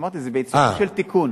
אמרתי, זה בעיצומו של תיקון.